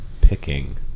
Picking